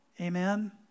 Amen